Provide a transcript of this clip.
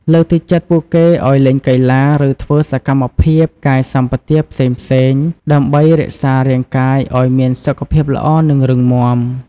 លើកទឹកចិត្តពួកគេឲ្យលេងកីឡា ឬធ្វើសកម្មភាពកាយសម្បទាផ្សេងៗ ដើម្បីរក្សារាងកាយឲ្យមានសុខភាពល្អ និងរឹងមាំ។